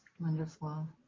Wonderful